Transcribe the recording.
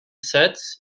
sets